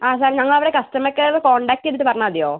ആ സാർ ഞങ്ങൾ അവരെ കസ്റ്റമർ കെയറിൽ കോൺടാക്ട് ചെയ്തിട്ട് പറഞ്ഞാൽ മതിയോ